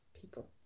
people